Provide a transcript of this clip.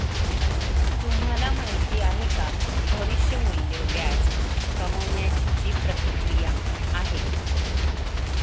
तुम्हाला माहिती आहे का? भविष्य मूल्य व्याज कमावण्याची ची प्रक्रिया आहे